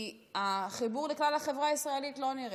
כי החיבור לכלל החברה הישראלית לא נראה,